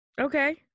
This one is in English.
okay